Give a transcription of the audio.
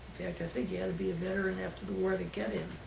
i think you had to be a veteran after the war to get in.